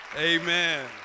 amen